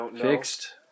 fixed